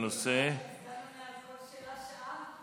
לענות על כל שאלה שעה.